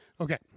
Okay